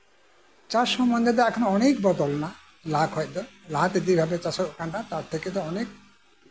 ᱪᱟᱥ ᱥᱚᱢᱚᱱᱫᱷᱮ ᱫᱚ ᱚᱱᱮᱠ ᱵᱚᱫᱚᱞ ᱮᱱᱟ ᱞᱟᱦᱟ ᱠᱷᱚᱱ ᱫᱚ ᱞᱟᱦᱟᱛᱮ ᱡᱮᱵᱷᱟᱵᱮ ᱪᱟᱥᱚᱜ ᱚᱱᱟ ᱠᱷᱚᱱ ᱫᱚ ᱚᱱᱮᱠ